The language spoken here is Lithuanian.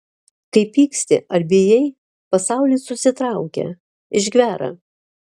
kai pyksti ar bijai pasaulis susitraukia išgvęra